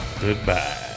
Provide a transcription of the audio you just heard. Goodbye